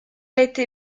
été